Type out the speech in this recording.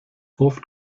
oft